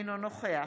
אינו נוכח